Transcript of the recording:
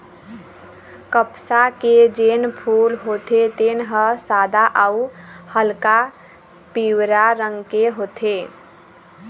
कपसा के जेन फूल होथे तेन ह सादा अउ हल्का पीवरा रंग के होथे